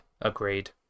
Agreed